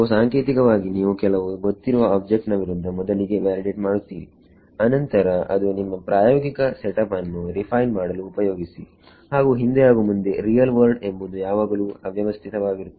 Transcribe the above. ಸೋಸಾಂಕೇತಿಕವಾಗಿ ನೀವು ಕೆಲವು ಗೊತ್ತಿರುವ ಆಬ್ಜೆಕ್ಟ್ ನ ವಿರುದ್ಧ ಮೊದಲಿಗೆ ವ್ಯಾಲಿಡೇಟ್ ಮಾಡುತ್ತೀರಿ ಅನಂತರ ಅದನ್ನು ನಿಮ್ಮ ಪ್ರಾಯೋಗಿಕ ಸೆಟ್ ಅಪ್ ಅನ್ನು ರಿಫೈನ್ ಮಾಡಲು ಉಪಯೋಗಿಸಿ ಹಾಗು ಹಿಂದೆ ಹಾಗು ಮುಂದೆ ರಿಯಲ್ ವರ್ಲ್ಡ್ ಎಂಬುದು ಯಾವಾಗಲೂ ಅವ್ಯವಸ್ಥಿತವಾಗಿರುತ್ತದೆ